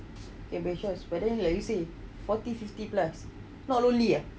ya best choice but like you said forty fifty plus not lonely ah